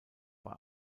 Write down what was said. bei